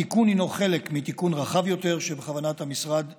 התיקון הוא חלק מתיקון רחב יותר שבכוונת המשרד לקדם.